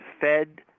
fed